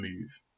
move